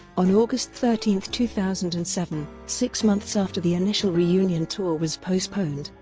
on august thirteen, two thousand and seven, six months after the initial reunion tour was postponed,